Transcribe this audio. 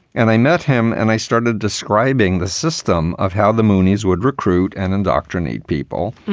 and i met him and i started describing the system of how the moonies would recruit and indoctrinate people.